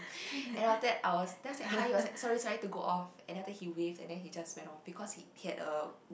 and after I was then I said hi your sorry sorry I need to go off and then after that he wave and then he just went off because he he had a